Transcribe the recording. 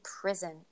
prison